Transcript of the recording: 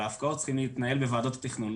ההפקעות צריכים להתנהל בוועדות התכנון.